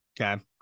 Okay